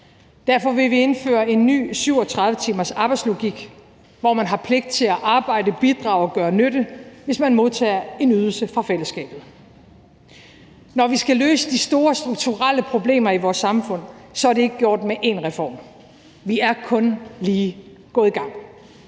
Derfor vil vi indføre en ny 37-timersarbejdslogik, hvor man har pligt til at arbejde, bidrage og gøre nytte, hvis man modtager en ydelse fra fællesskabet. Når vi skal løse de store strukturelle problemer i vores samfund, er det ikke gjort med én reform; vi er kun lige gået i gang.